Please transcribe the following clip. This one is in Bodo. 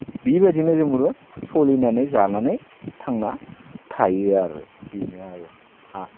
बिबादिनो जोंबो सोलिनानै जानानै थांना थायो आरो बिनो आरो हा